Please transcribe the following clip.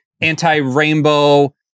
anti-rainbow